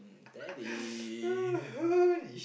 that is